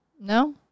No